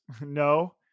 no